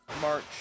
March